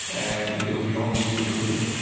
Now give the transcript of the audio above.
and it will be on you to prove it.